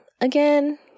again